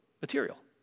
material